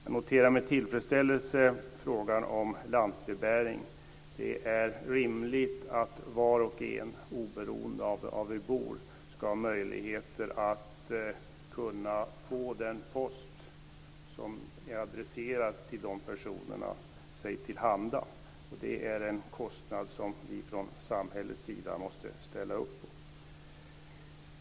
Jag noterar med tillfredsställelse frågan om lantbrevbäring. Det är rimligt att människor oberoende av var de bor ska ha möjlighet att få den post som är adresserad till dem sig till handa. Det är en kostnad som vi från samhällets sida måste ställa upp på.